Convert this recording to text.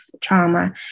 trauma